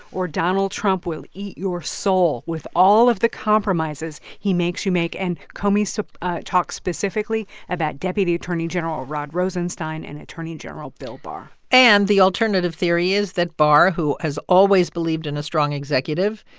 or donald trump will eat your soul with all of the compromises he makes you make. and comey so talked specifically about deputy attorney general rod rosenstein and attorney general bill barr and the alternative theory is that barr, who has always believed in a strong executive,